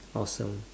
awesome